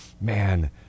man